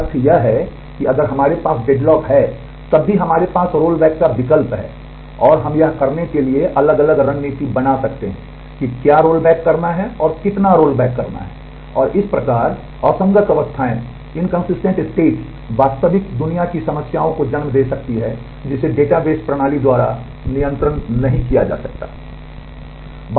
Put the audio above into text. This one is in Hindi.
तथ्य यह है कि अगर हमारे पास डेडलॉक है तब भी हमारे पास रोलबैक वास्तविक वास्तविक दुनिया की समस्याओं को जन्म दे सकती हैं जिन्हें डेटाबेस प्रणाली द्वारा नियंत्रित नहीं किया जा सकता है